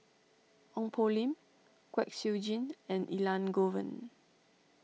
Ong Poh Lim Kwek Siew Jin and Elangovan